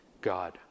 God